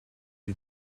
die